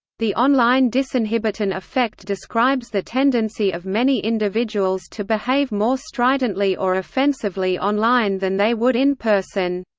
the online disinhibition effect describes the tendency of many individuals to behave more stridently or offensively online than they would in person.